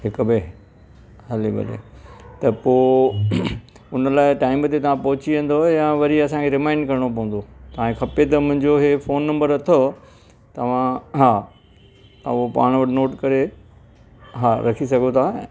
हिकु बजे हले भले त पोइ उन लाइ टाइम ते तव्हां पहुची वेंदव या वरी असांखे रिमाइंड करिणो पवंदो तव्हांखे खपे त मुंहिंजो इहे फोन नम्बर अथव तव्हां हा उहो पाण वटि नोट करे हा रखी सघो था